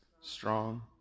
strong